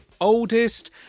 oldest